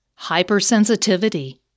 hypersensitivity